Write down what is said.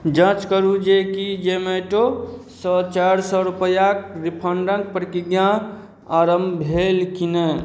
जाँच करू जे की जोमैटोसँ चारि सओ रुपैआक रिफंडकेँ प्रक्रिया आरम्भ भेल कि नहि